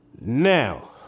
Now